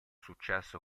successo